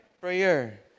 Prayer